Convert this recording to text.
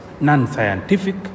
non-scientific